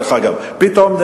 פתאום,